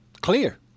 clear